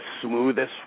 smoothest